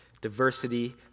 Diversity